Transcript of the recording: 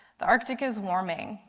the arctic is warming.